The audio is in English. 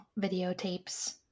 videotapes